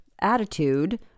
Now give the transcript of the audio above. attitude